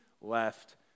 left